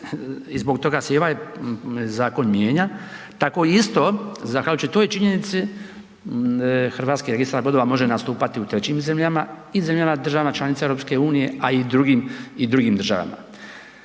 i zbog toga se i ovaj zakon mijenja, tako isto zahvaljujući toj činjenici, HRB može nastupati u trećim zemljama i zemljama državama članice EU-a a i drugim državama.